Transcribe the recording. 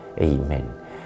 Amen